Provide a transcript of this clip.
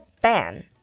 ban